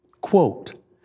quote